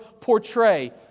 portray